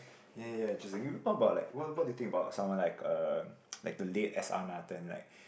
ya ya just you what about like what what do you think about someone like uh like the late S_R-Nathan like